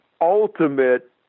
ultimate